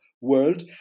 world